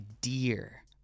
dear